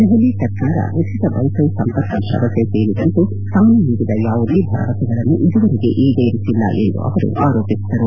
ದೆಹಲಿ ಸರ್ಕಾರ ಉಚಿತ ವೈಫೈ ಸಂಪರ್ಕ ಭರವಸೆ ಸೇರಿದಂತೆ ತಾನು ನೀಡಿದ ಯಾವುದೇ ಭರವಸೆಗಳನ್ನು ಇದುವರೆಗೆ ಈಡೇರಿಸಿಲ್ಲ ಎಂದು ಅವರು ಆರೋಪಿಸಿದರು